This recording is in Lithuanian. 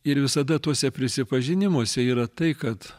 ir visada tuose prisipažinimuose yra tai kad